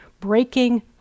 Breaking